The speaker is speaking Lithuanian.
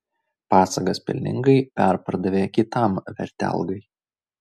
pasagas pelningai perpardavė kitam vertelgai